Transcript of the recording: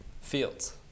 Fields